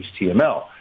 HTML